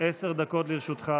עשר דקות לרשותך,